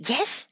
Yes